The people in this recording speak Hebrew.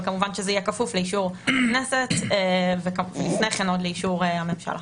אבל כמובן שזה יהיה קשור לאישור הכנסת ולפני כן עוד לאישור הממשלה.